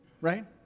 right